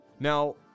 Now